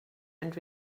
and